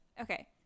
Okay